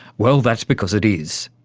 well, that's because it is.